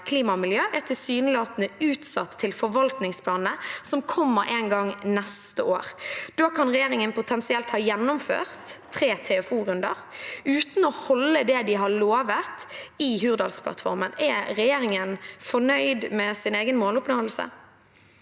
er tilsynelatende utsatt til forvaltningsplanene, som kommer en gang neste år. Da kan regjeringen potensielt ha gjennomført tre TFO-runder uten å holde det de har lovet i Hurdalsplattformen. Er regjeringen fornøyd med sin egen måloppnåelse?